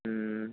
ம் ம்